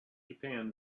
japan